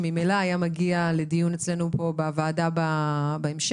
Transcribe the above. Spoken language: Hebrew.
שממילא היה מגיע לדיון אצלנו פה בוועדה בהמשך.